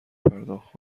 پرداخت